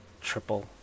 triple